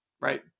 right